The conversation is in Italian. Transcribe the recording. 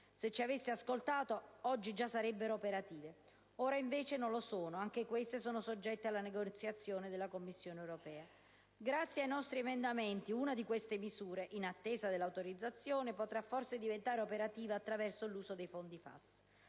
Se ci aveste ascoltato, oggi sarebbero già operative. Ora invece non lo sono; anch'esse sono infatti soggette alla negoziazione della Commissione europea. Grazie ai nostri emendamenti una di queste misure, in attesa dell'autorizzazione, potrà forse diventare operativa attraverso l'uso dei fondi FAS.